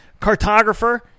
cartographer